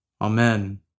Amen